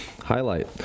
highlight